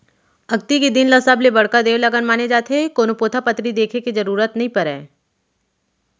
अक्ती के दिन ल सबले बड़का देवलगन माने जाथे, कोनो पोथा पतरी देखे के जरूरत नइ परय